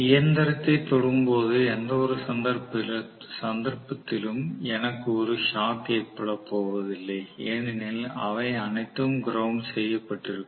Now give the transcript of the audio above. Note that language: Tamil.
இயந்திரத்தை தொடும்போது எந்தவொரு சந்தர்ப்பத்திலும் எனக்கு ஒரு ஷாக் ஏற்பட போவதில்லை ஏனெனில் அவை அனைத்தும் கிரௌண்ட் செய்யப்பட்டிருக்கும்